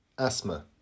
Asthma